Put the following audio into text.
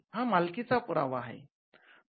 हा मालकीचा पुरावा आहे